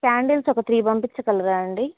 candles ఒక three పంపించగలరా అండి